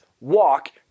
walk